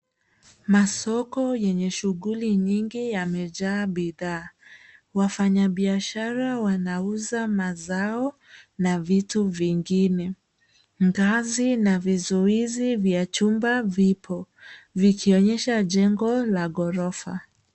Masoko yenye shughuli nyingi yamejaa bidhaa. Wafanyibiashara wanauza mazao na vitu vingine. Ngazi na vizuizi vya chumba vipo vikionyesha jengo la ghorofa.